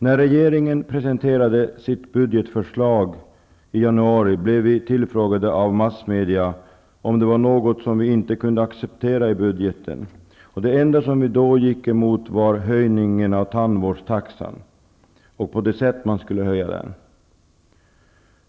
När regeringen presenterade sitt budgetförslag i januari, blev vi tillfrågade av massmedia om det var något som vi inte kunde acceptera i budgeten. Det enda som vi då gick emot var höjningen av tandvårdstaxan, och det sätt på vilket sätt man skulle höja den.